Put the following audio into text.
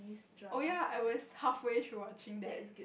oh ya I was halfway through watching that